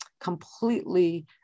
completely